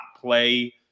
play